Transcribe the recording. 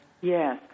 Yes